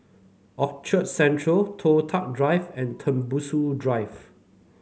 Orchard Central Toh Tuck Drive and Tembusu Drive